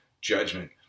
judgment